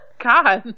God